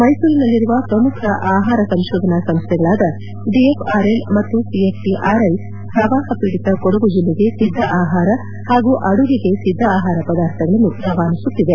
ಮ್ನೆಸೂರಿನಲ್ಲಿರುವ ಪ್ರಮುಖ ಆಹಾರ ಸಂತೋಧನಾ ಸಂಸ್ಟೆಗಳಾದ ಡಿಎಫ್ಆರ್ಎಲ್ ಮತ್ತು ಸಿಎಫ್ಟಆರ್ಐ ಪ್ರವಾಹ ಪೀಡಿತ ಕೊಡಗು ಜಿಲ್ಲೆಗೆ ಸಿದ್ದ ಆಹಾರ ಹಾಗೂ ಅಡುಗೆಗೆ ಸಿದ್ದ ಆಹಾರ ಪದಾರ್ಥಗಳನ್ನು ರವಾನಿಸುತ್ತಿದೆ